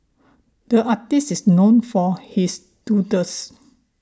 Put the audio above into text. the artist is known for his doodles